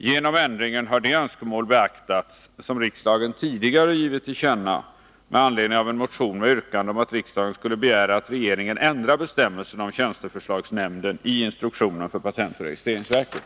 Genom ändringen har de önskemål beaktats som riksdagen tidigare givit till känna med anledning av en motion med yrkande om att riksdagen skulle begära att regeringen ändrar bestämmelserna om tjänsteförslagsnämnden i instruktionen för patentoch registreringsverket.